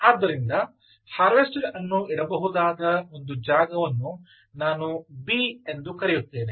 ಆದ್ದರಿಂದ ಹಾರ್ವೆಸ್ಟರ್ ಅನ್ನು ಇಡಬಹುದಾದ ಒಂದು ಜಾಗವನ್ನು ನಾನು b ಎಂದು ಕರೆಯುತ್ತೇನೆ